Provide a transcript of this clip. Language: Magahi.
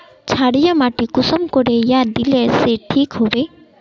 क्षारीय माटी कुंसम करे या दिले से ठीक हैबे?